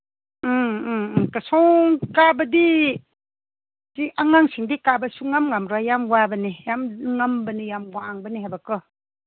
ꯎꯝ ꯎꯝ ꯎꯝ ꯀꯁꯨꯡ ꯀꯥꯕꯗꯤ ꯁꯤ ꯑꯉꯥꯡꯁꯤꯡꯗꯤ ꯀꯥꯕ ꯁꯨꯡꯉꯝ ꯉꯝꯃꯔꯣꯏ ꯌꯥꯝ ꯋꯥꯡꯕꯅꯤ ꯌꯥꯝ ꯉꯝꯕꯅꯤ ꯌꯥꯝ ꯋꯥꯡꯕꯅꯤ ꯍꯥꯏꯕꯀꯣ